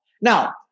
Now